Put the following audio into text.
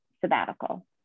sabbatical